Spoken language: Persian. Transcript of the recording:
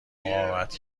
مقاومت